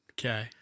Okay